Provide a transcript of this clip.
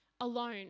alone